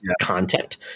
content